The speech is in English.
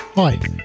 Hi